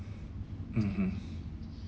mmhmm